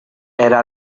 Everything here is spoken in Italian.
era